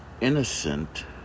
innocent